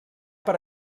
per